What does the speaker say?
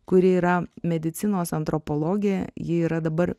kuri yra medicinos antropologė ji yra dabar